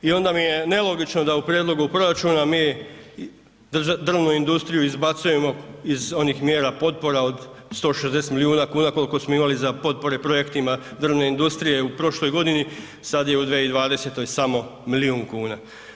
I onda mi je nelogično da u prijedlogu proračuna mi drvnu industriju izbacujemo iz onih mjera potpora od 160 milijuna kuna koliko smo imali za potpore projektima drvne industrije u prošloj godini, sada je u 2020. samo milijun kuna.